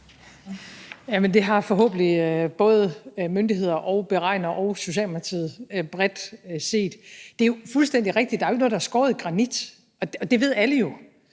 det har forhåbentlig både myndigheder og beregnere og Socialdemokratiet bredt set. Det er fuldstændig rigtigt: Der er ikke noget, der er skåret i granit, og det ved alle jo.